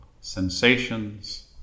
sensations